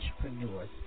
entrepreneurs